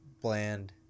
bland